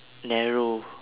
narrow